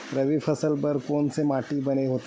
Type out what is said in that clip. रबी के फसल बर कोन से माटी बने होही?